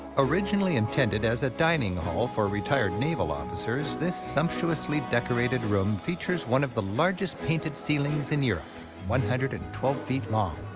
originally intended as a dining hall for retired navy officers, this sumptuously decorated room features one of the largest painted ceilings in europe one hundred and twelve feet long.